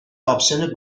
آپشن